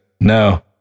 No